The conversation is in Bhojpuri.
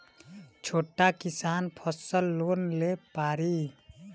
छोटा किसान फसल लोन ले पारी?